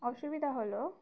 অসুবিধা হলো